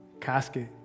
casket